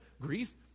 Greece